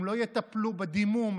הם לא יטפלו בדימום,